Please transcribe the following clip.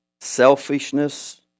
Selfishness